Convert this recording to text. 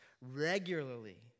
regularly